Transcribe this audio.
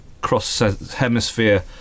cross-hemisphere